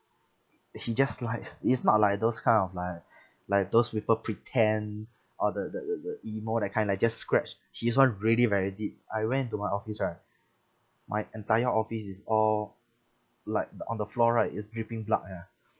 he just likes it's not like those kind of like like those people pretend or the the the the emo that kind like just scratch his [one] really very deep I went into my office right my entire office is all like the on the floor right is dripping blood ya